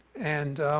and